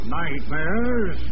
nightmares